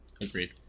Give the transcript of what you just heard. Agreed